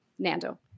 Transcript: nando